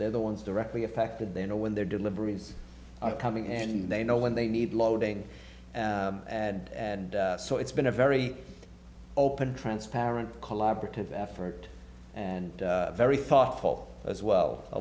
they're the ones directly affected they know when their deliveries are coming and they know when they need loading ad and so it's been a very open transparent collaborative effort and very thoughtful as well a